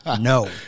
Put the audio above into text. no